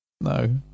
No